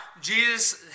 Jesus